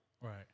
Right